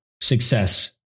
success